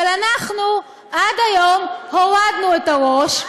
אבל אנחנו, עד היום הורדנו את הראש.